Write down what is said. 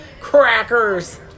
crackers